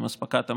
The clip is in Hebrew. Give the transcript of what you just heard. עם אספקת המים,